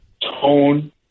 tone